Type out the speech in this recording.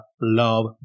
love